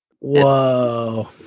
Whoa